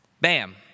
bam